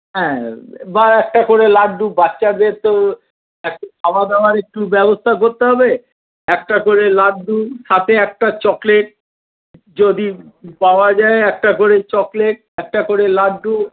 হ্যাঁ বা একটা করে লাড্ডু বাচ্চাদের তো খাওয়াদাওয়ার একটু ব্যবস্থা করতে হবে একটা করে লাড্ডু সঙ্গে একটা চকলেট যদি পাওয়া যায় একটা করে চকলেট একটা করে লাড্ডু